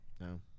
No